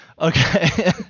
Okay